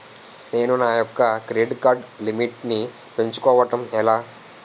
నేను నా యెక్క క్రెడిట్ కార్డ్ లిమిట్ నీ పెంచుకోవడం ఎలా?